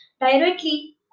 directly